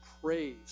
praise